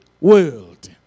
world